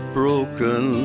broken